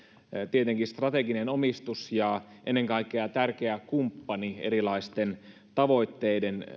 tietenkin strateginen omistus ja ennen kaikkea tärkeä kumppani erilaisten tavoitteiden